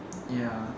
ya